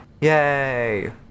Yay